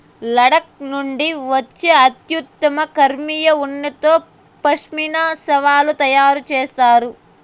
లడఖ్ నుండి వచ్చే అత్యుత్తమ కష్మెరె ఉన్నితో పష్మినా శాలువాలు తయారు చేస్తారు